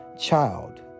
child